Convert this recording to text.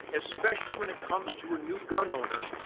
especially when it comes to a new gun owner,